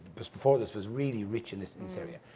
just before this, was really rich in this in this area,